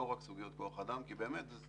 לא רק סוגיות כוח אדם כי באמת זה